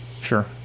Sure